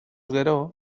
gero